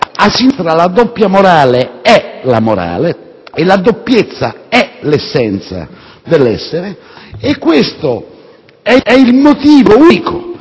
la doppia morale è la morale e la doppiezza è l'essenza dell'essere e questo è il motivo unico